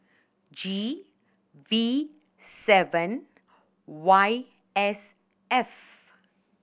G V seven Y S F